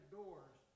doors